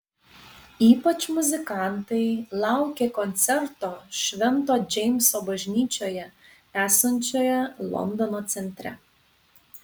ypač muzikantai laukia koncerto švento džeimso bažnyčioje esančioje londono centre